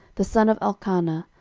the son of elkanah,